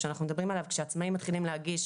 כשעצמאים מתחילים להגיש